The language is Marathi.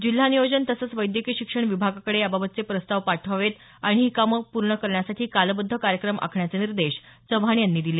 जिल्हा नियोजन तसंच वैद्यकीय शिक्षण विभागाकडे याबाबतचे प्रस्ताव पाठवावेत आणि ही कामं पूर्ण करण्यासाठी कालबद्ध कार्यक्रम आखण्याचे निर्देश चव्हाण यांनी दिले